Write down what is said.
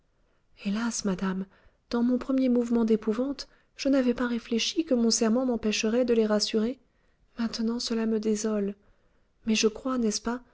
hélas madame dans mon premier mouvement d'épouvante je n'avais pas réfléchi que mon serment m'empêcherait de les rassurer maintenant cela me désole mais je crois n'est-ce pas